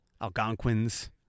Algonquins